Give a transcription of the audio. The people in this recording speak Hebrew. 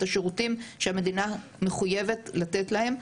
את השירותים שהמדינה מחויבת לתת להם.